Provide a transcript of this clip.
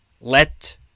let